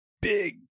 big